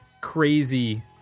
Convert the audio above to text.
crazy